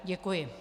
Děkuji.